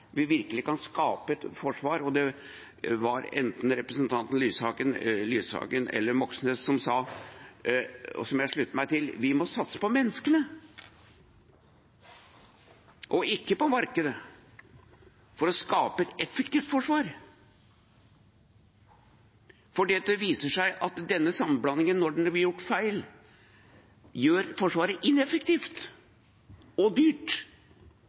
vi virkelig kan skape et forsvar. Det var enten representanten Lysbakken eller representanten Moxnes som sa – og som jeg slutter meg til – at vi må satse på menneskene, ikke på markedet, for å skape et effektivt forsvar. Det viser seg at denne sammenblandingen, når den blir gjort feil, gjør Forsvaret ineffektivt og dyrt